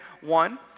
one